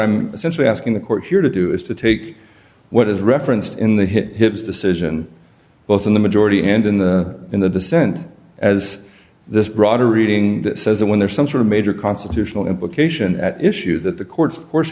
essentially asking the court here to do is to take what is referenced in the hit his decision both in the majority and in the in the dissent as this broader reading that says that when there's some sort of major constitutional implication at issue that the courts of course